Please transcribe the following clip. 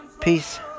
Peace